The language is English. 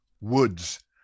Woods